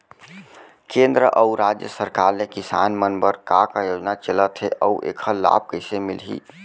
केंद्र अऊ राज्य सरकार ले किसान मन बर का का योजना चलत हे अऊ एखर लाभ कइसे मिलही?